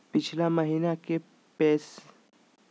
पिछला महीना के पेंसनमा कहिया आइले?